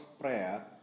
Prayer